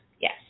Yes